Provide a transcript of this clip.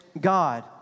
God